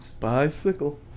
bicycle